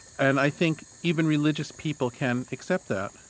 and i think even religious people can accept that,